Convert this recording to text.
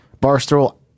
barstool